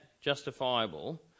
justifiable